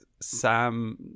sam